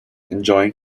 enjoying